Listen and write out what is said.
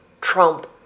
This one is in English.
Trump